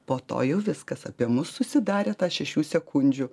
po to jau viskas apie mus susidarė tą šešių sekundžių